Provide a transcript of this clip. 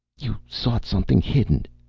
you sought something hidden!